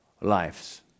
lives